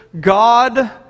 God